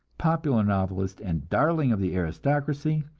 popular novelist, and darling of the aristocracy,